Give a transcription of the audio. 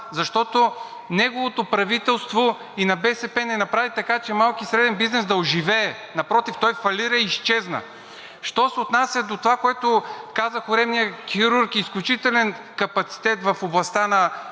защото неговото правителство и на БСП не направи така, че малкият и средният бизнес да оживее. Напротив, той фалира и изчезна. Що се отнася до това, което каза коремният хирург и изключителен капацитет в областта на